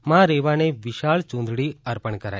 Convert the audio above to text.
માં રેવાને વિશાળ ચૂંદડી અર્પણ કરાઇ